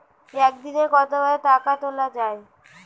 একদিনে কতবার টাকা তোলা য়ায়?